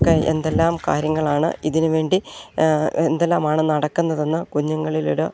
ഒക്കെ എന്തെല്ലാം കാര്യങ്ങളാണ് ഇതിനു വേണ്ടി എന്തെല്ലാമാണ് നടക്കുന്നതെന്ന് കുഞ്ഞുങ്ങളിലൊരു